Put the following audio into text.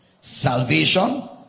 Salvation